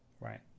Right